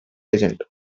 agent